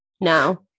No